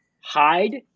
hide